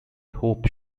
hope